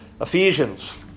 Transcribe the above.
Ephesians